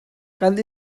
kan